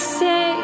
say